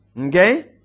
okay